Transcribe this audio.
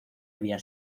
había